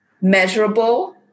measurable